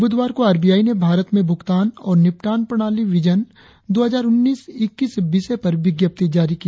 बुधवार को आरबीआई ने भारत में भुगतान और निपटान प्रणाली विजन दो हजार उन्नीस इक्कीस विषय पर विज्ञप्ति जारी की